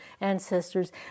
ancestors